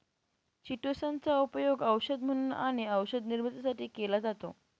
chitosan चा उपयोग औषध म्हणून आणि औषध निर्मितीसाठी केला जातो